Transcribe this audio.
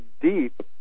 deep